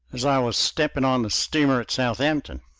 as i was stepping on the steamer at southampton.